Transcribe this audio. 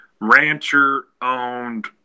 rancher-owned